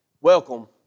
welcome